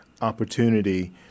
opportunity